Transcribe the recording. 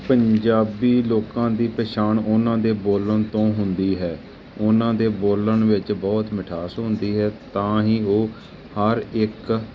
ਪੰਜਾਬੀ ਲੋਕਾਂ ਦੀ ਪਹਿਛਾਣ ਉਹਨਾ ਦੇ ਬੋਲਣ ਤੋਂ ਹੁੰਦੀ ਹੈ ਉਹਨਾਂ ਦੇ ਬੋਲਣ ਵਿੱਚ ਬਹੁਤ ਮਿਠਾਸ ਹੁੰਦੀ ਹੈ ਤਾਂ ਹੀ ਉਹ ਹਰ ਇੱਕ